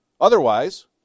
Otherwise